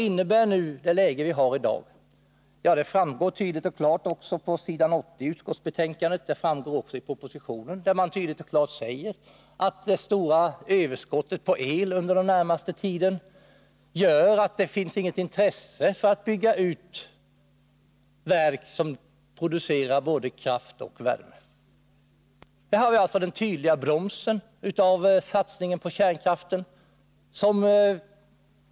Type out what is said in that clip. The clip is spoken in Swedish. Av s. 80 i betänkandet och även av propositionen framgår klart och tydligt att det, på grund av det stora överskottet på el under den närmaste tiden, inte finns något intresse av att bygga ut verk som producerar både kraft och värme. Det visar tydligt vilken broms satsningen på kärnkraft utgör.